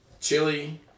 Chili